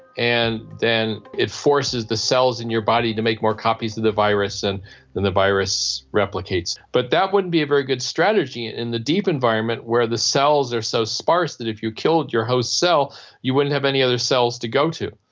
and then it forces the cells in your body to make more copies of the virus and then the virus replicates. but that wouldn't be a very good strategy in the deep environment where the cells are so sparse that if you killed your host's cell you wouldn't have any other cells to go to.